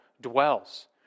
dwells